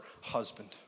husband